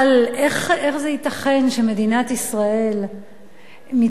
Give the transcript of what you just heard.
איך זה ייתכן שמדינת ישראל מתייחסת